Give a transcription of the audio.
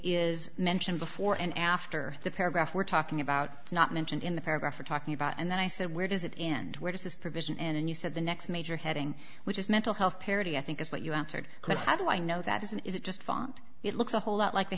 is mentioned before and after the paragraph we're talking about not mentioned in the paragraph we're talking about and then i said where does it end where does this provision in and you said the next major heading which is mental health parity i think is what you answered but how do i know that isn't is it just font it looks a whole lot like the